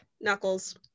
Knuckles